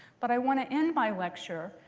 but i want to end my lecture,